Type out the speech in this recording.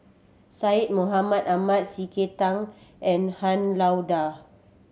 Syed Mohamed Ahmed C K Tang and Han Lao Da